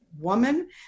woman